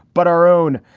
but our own.